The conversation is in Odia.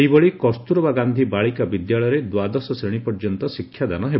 ସେହିଭଳି କସ୍ତୁରବା ଗାଧୀ ବାଳିକା ବିଦ୍ୟାଳୟରେ ଦ୍ୱାଦଶ ଶ୍ରେଶୀ ପର୍ଯ୍ୟନ୍ତ ଶିକ୍ଷାଦାନ ହେବ